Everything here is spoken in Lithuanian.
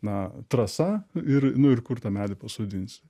na trasa ir nu ir kur tą medį pasodinsi